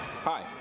hi